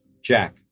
jack